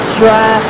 try